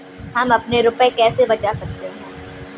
हम अपने रुपये कैसे बचा सकते हैं?